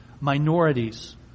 minorities